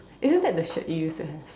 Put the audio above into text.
isn't that the shirt you used to have